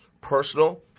Personal